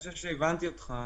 אני חושב שהבנתי אותך.